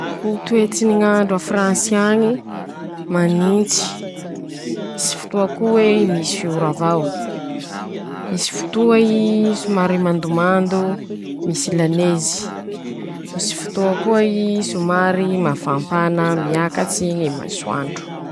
Ñy toetsy ny ñ'andro a Fransy añy: Manintsy, isy fotoa ko ei misy ora avao, misy fotoa ii somary mandomando misy lanezy, misy fotoa koa ii somary mafampana miakatsy ñy masoandro.